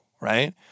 right